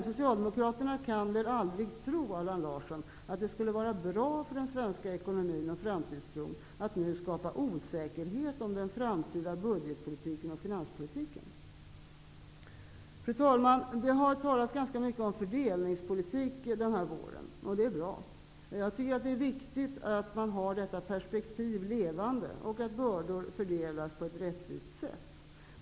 Socialdemokraterna kan väl aldrig tro, Allan Larsson, att det skulle vara bra för den svenska ekonomin och framtidstron att nu skapa osäkerhet om den framtida budgetpolitiken och finanspolitiken? Fru talman! Det har under den här våren talats ganska mycket om fördelningspolitik, och det är bra. Det är viktigt att man håller detta perspektiv levande och att bördor fördelas på ett rättvist sätt.